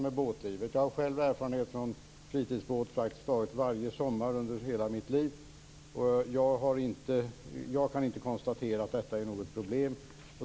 Jag har själv erfarenhet från fritidsbåt från praktiskt taget varje sommar under hela mitt liv. Jag har inte konstaterat att detta är något problem.